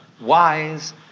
wise